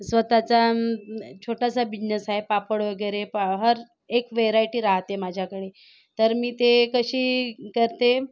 स्वतःचा छोटासा बिझनेस आहे पापड वगैरे हरएक व्हेरायटी राहते माझ्याकडे तर मी ते कशी करते